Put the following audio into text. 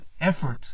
effort